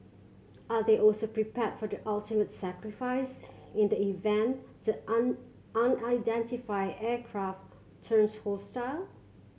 are they also prepared for the ultimate sacrifice in the event the an unidentified aircraft turns hostile